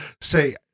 say